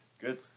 Good